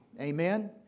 Amen